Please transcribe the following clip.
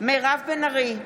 מירב בן ארי,